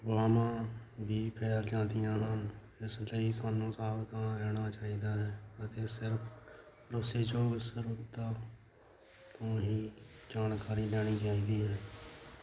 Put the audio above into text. ਅਫਵਾਹਾਂ ਵੀ ਫੈਲ ਜਾਂਦੀਆਂ ਹਨ ਇਸ ਲਈ ਸਾਨੂੰ ਸਾਵਧਾਨ ਰਹਿਣਾ ਚਾਹੀਦਾ ਹੈ ਅਤੇ ਸਿਰਫ ਭਰੋਸੇਯੋਗ ਸਰੋਤਾਂ ਤੋਂ ਹੀ ਜਾਣਕਾਰੀ ਲੈਣੀ ਚਾਹੀਦੀ ਹੈ